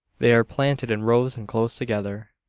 they are planted in rows, and close together.